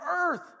earth